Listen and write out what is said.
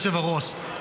אדוני היושב-ראש,